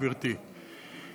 גברתי,